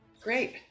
Great